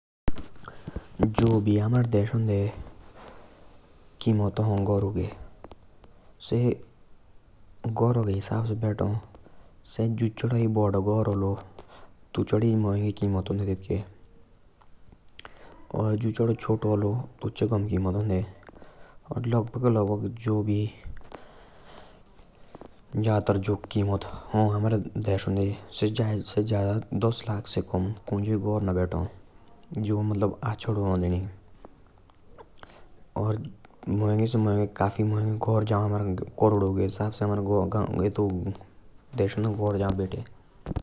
जो भी हमारे देश दे कीमत हा घरू के से कम से कम भी दस लाख से हा। और जो माँगे हैं से करोड़ू के भत्ता।